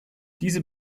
diese